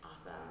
Awesome